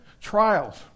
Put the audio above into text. trials